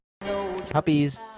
puppies